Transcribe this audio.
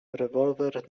rewolwer